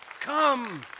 Come